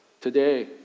today